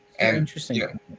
Interesting